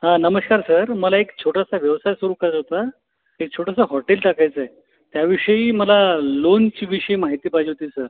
हां नमस्कार सर मला एक छोटासा व्यवसाय सुरू करायचा एक छोटंसं हॉटेल टाकायचं आहे त्याविषयी मला लोनची विषयी माहिती पाहिजे होती सर